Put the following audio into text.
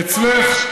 אצלך,